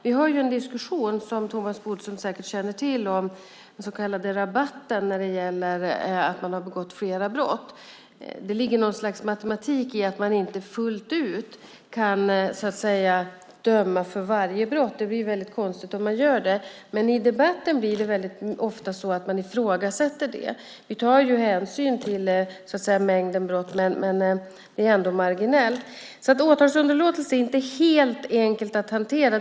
Vi har ju en diskussion, som Thomas Bodström säkert känner till, om den så kallade rabatten när det gäller dem som har begått flera brott. Det ligger något slags matematik i att man inte fullt ut kan dömas för varje brott. Det blir väldigt konstigt om så sker. Men i debatten blir det väldigt ofta så att man ifrågasätter det. Vi tar ju hänsyn till mängden brott, så att säga, men det ändå marginellt. Åtalsunderlåtelse är alltså inte helt enkelt att hantera.